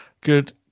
good